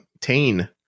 Tane